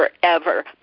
forever